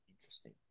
Interesting